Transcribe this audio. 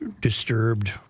disturbed